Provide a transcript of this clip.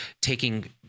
taking